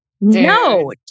No